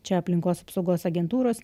čia aplinkos apsaugos agentūros